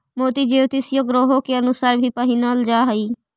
मोती ज्योतिषीय ग्रहों के अनुसार भी पहिनल जा हई